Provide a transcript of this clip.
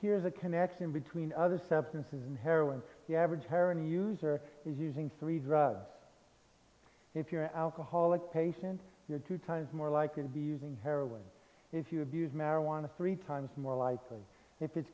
here's a connection between other substances and heroin the average heroin user is using three drugs if you're alcoholic patient you're two times more likely to be using heroin if you abuse marijuana three times more likely if it's